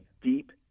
deep